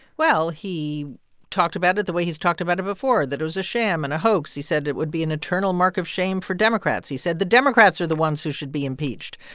well, he talked about it the way he's talked about it before, that it was a sham and a hoax. he said it would be an eternal mark of shame for democrats. he said the democrats are the ones who should be impeached.